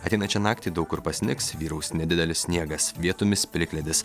ateinančią naktį daug kur pasnigs vyraus nedidelis sniegas vietomis plikledis